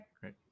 Great